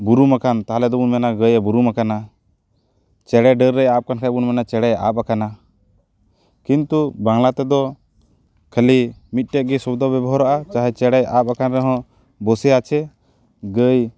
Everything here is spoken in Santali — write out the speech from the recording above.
ᱵᱩᱨᱩᱢᱟᱠᱟᱱ ᱛᱟᱦᱞᱮ ᱫᱚᱵᱚᱱ ᱢᱮᱱᱟ ᱜᱟᱹᱭᱮ ᱵᱩᱨᱩᱢ ᱠᱟᱱᱟ ᱪᱟᱬᱮ ᱰᱟᱹᱨ ᱨᱮ ᱟᱵ ᱟᱠᱟᱱ ᱠᱷᱟᱱ ᱵᱚᱱ ᱢᱮᱱᱟ ᱪᱮᱬᱮᱭ ᱟᱵ ᱠᱟᱱᱟ ᱠᱤᱱᱛᱩ ᱵᱟᱝᱞᱟ ᱛᱮᱫᱚ ᱠᱷᱟᱹᱞᱤ ᱢᱤᱫᱴᱮᱱ ᱜᱮ ᱥᱚᱵᱽᱫᱚ ᱵᱮᱵᱚᱦᱟᱨᱚᱜᱼᱟ ᱪᱮᱬᱮᱭ ᱟᱵ ᱟᱠᱟᱱ ᱨᱮᱦᱚᱸ ᱵᱳᱥᱮ ᱟᱪᱷᱮ ᱜᱟᱹᱭ